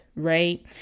Right